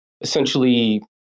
essentially